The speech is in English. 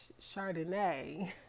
Chardonnay